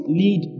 lead